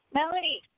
Melody